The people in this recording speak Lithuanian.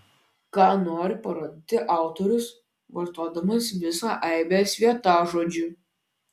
ką nori parodyti autorius vartodamas visą aibę svetimžodžių